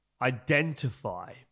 identify